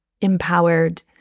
empowered